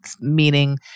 meaning